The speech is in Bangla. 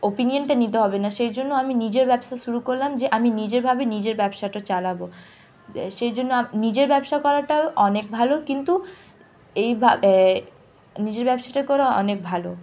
ওপিনিয়নটা নিতে হবে না সেই জন্য আমি নিজের ব্যবসা শুরু করলাম যে আমি নিজেরভাবে নিজের ব্যবসাটা চালাব সেই জন্য আপ নিজের ব্যবসা করাটাও অনেক ভালো কিন্তু এইভাবে নিজের ব্যবসাটা করা অনেক ভালো